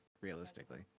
realistically